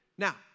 Now